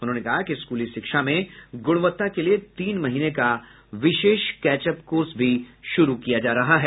उन्होंने कहा कि स्कूली शिक्षा में गुणवत्ता के लिए तीन महीने का विशेष कैचअप कोर्स भी शुरू किया जा रहा है